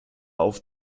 auf